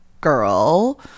girl